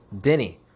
Denny